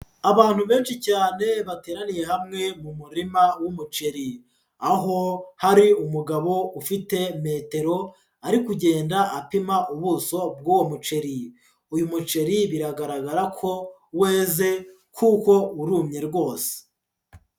Abantu benshi cyane bateraniye hamwe mu murima w'umuceri. Aho hari umugabo ufite metero ari kugenda apima ubuso bw'uwo muceri. Uyu muceri biragaragara ko weze kuko urumye rwose.